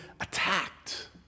attacked